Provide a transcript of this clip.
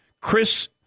Chris